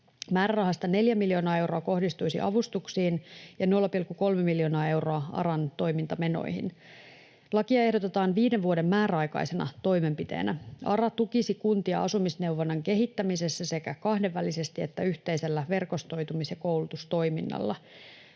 Määrärahasta 4 miljoonaa euroa kohdistuisi avustuksiin ja 0,3 miljoonaa euroa ARAn toimintamenoihin. Lakia ehdotetaan viiden vuoden määräaikaisena toimenpiteenä. ARA tukisi kuntia asumisneuvonnan kehittämisessä sekä kahdenvälisesti että yhteisellä verkostoitumis‑ ja koulutustoiminnalla.